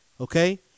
okay